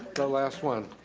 the last one.